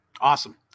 Awesome